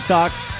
Talks